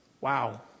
wow